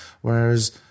Whereas